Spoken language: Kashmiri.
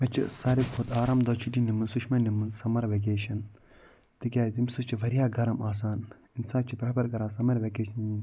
مےٚ چھِ سارٕے کھۄتہٕ آرام دۄہ چھُٹی نِمٕژ سُہ چھِ مےٚ نِمٕژ سَمر وکیشن تِکیٚازِ تمہِ سۭتۍ چھِ وارِیاہ گَرم آسان اِنسان چھُ کَران سمر وکیشنہِ نِنۍ